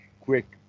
quick